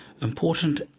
important